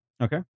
Okay